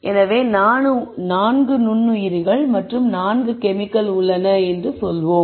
எனவே 4 நுண்ணுயிரிகள் மற்றும் 4 கெமிக்கல் உள்ளன என்று சொல்லலாம்